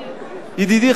ידידי,